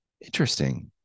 Interesting